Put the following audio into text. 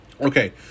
Okay